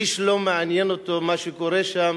איש לא מעניין אותו מה שקורה שם,